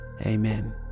amen